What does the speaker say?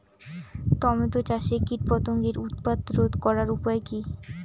Tomato চাষে কীটপতঙ্গের উৎপাত রোধ করার উপায় কী?